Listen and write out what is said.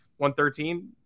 113